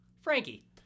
Frankie